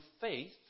faith